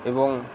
এবং